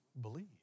believe